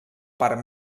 part